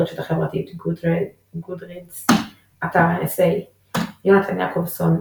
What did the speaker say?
ברשת החברתית Goodreads אתר ה־NSA יונתן יעקבזון,